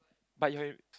but you had